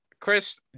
Chris